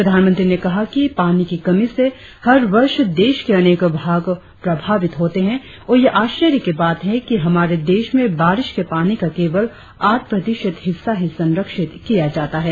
प्रधानमंत्री ने कहा कि पानी की कमी से हर वर्ष देश के अनेक भाग प्रभावित होते हैं और यह आश्चर्य की बात है कि हमारे देश में बारिश के पानी का केवल आठ प्रतिशत हिस्सा ही संरक्षित किया जाता है